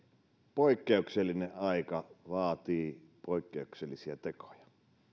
poikkeuksellinen aika vaatii poikkeuksellisia tekoja